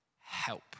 help